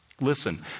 listen